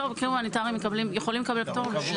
הומניטריים יכולים לקבל פטור.